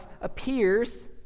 appears